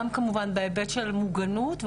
גם כמובן בהיבט של מוגנות,